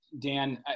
Dan